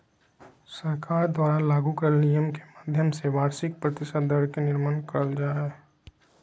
सरकार द्वारा लागू करल नियम के माध्यम से वार्षिक प्रतिशत दर के निर्माण करल जा हय